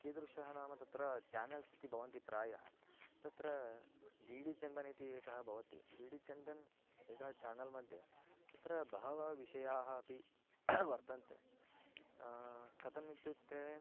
कीदृशः नाम तत्र चानल्स् इति भवन्ति प्रायः तत्र डि डि चन्दन् इति एकः भवति डि डि चन्दन् एकः चानल्मध्ये तत्र बहवः विषयाः अपि वर्तन्ते कथमित्युक्ते